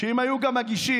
שאם היו גם מגישים,